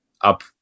up